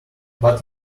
but